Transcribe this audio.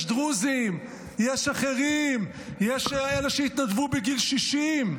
יש דרוזים, יש אחרים, יש את אלה שיתנדבו בגיל 60,